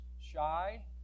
shy